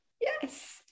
yes